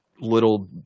little